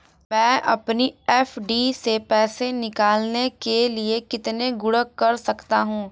मैं अपनी एफ.डी से पैसे निकालने के लिए कितने गुणक कर सकता हूँ?